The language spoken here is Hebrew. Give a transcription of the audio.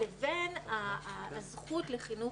לבין הזכות לחינוך